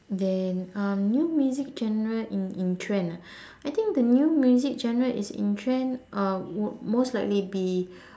then um new music genres in in trend ah I think the new music genre is in trend uh would most likely be